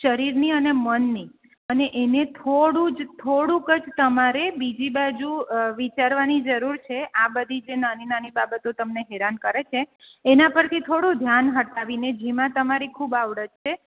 શરીરની અને મનની અને એને થોડું જ થોડુંક જ તમારે બીજી બાજુ વિચારવાની જરૂર છે આ બધી જે નાની નાની બાબતો જે તમને હેરાન કરે છે એના પરથી થોડું ધ્યાન હટાવીને જેમાં તમારી ખૂબ આવડત છે